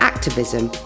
Activism